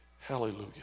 Hallelujah